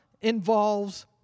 involves